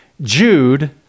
Jude